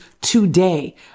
today